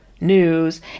news